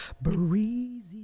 breezy